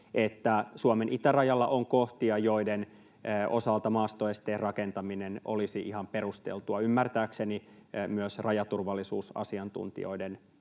että Suomen itärajalla on kohtia, joiden osalta maastoesteen rakentaminen olisi ihan perusteltua ymmärtääkseni myös rajaturvallisuusasiantuntijoiden